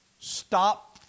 Stop